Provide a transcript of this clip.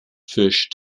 fish